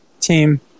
team